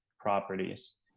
properties